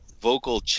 vocal